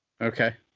Okay